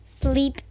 sleep